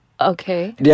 Okay